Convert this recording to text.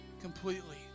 completely